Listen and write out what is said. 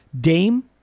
Dame